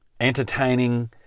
entertaining